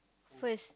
first